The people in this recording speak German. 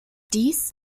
dies